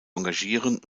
engagieren